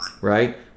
Right